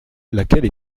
laquelle